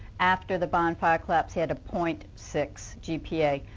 after the bond fire collapse he had a point six gpa.